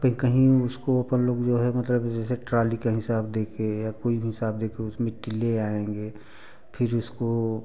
पे कहीं उसको अपन लोग जो है मतलब ट्राली कहीं से आप देखे या कोई हिसाब देखे आप मिट्टी ले आएंगे फिर उसको